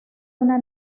una